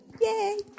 Yay